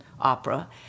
Opera